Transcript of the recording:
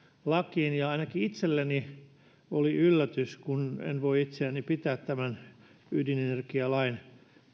lakiin ja ainakin itselleni oli yllätys kun en voi itseäni pitää tämän ydinenergialain